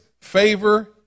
favor